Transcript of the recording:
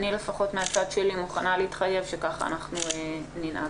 אני לפחות מהצד שלי מוכנה להתחייב שככה אנחנו ננהג.